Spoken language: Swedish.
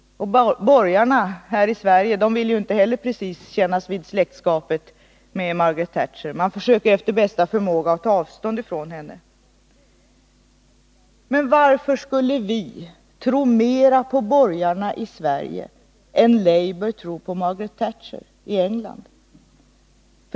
Och borgarna här i Sverige vill ju inte heller gärna kännas vid släktskapet med Margaret Thatcher. Man försöker efter bästa förmåga att ta avstånd ifrån henne. Men varför skulle vi tro mera på borgarna i Sverige än labour tror på Margaret Thatcher i England?